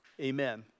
amen